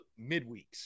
midweeks